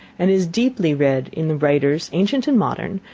and is deeply read in the writers, ancient and modern,